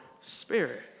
spirit